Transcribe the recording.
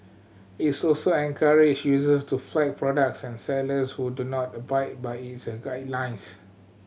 it encourage users to flag products and sellers who do not abide by its a guidelines